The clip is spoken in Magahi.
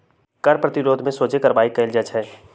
कर प्रतिरोध में सोझे कार्यवाही कएल जाइ छइ